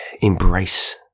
embrace